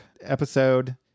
episode